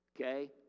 Okay